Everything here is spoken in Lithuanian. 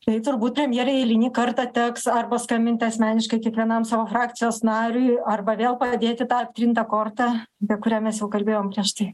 tai turbūt premjerei eilinį kartą teks arba skambinti asmeniškai kiekvienam savo frakcijos nariui arba vėl padėti tą aptrintą kortą apie kurią mes jau kalbėjom prieš tai